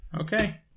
Okay